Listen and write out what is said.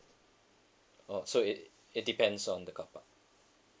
oh so it it depends on the carpark